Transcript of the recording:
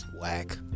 whack